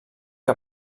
que